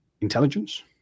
intelligence